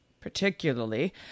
particularly